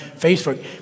Facebook